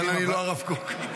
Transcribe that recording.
לכן אני לא הרב קוק.